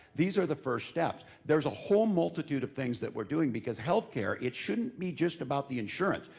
these are the first steps. there's a whole multitude of things that we're doing because healthcare, it shouldn't be just about the insurance.